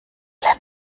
willen